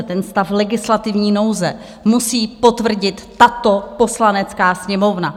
Ten stav legislativní nouze musí potvrdit tato Poslanecká sněmovna.